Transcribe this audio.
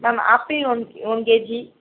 ma'am apple one one KG